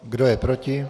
Kdo je proti?